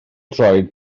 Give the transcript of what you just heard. droed